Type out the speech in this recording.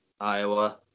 Iowa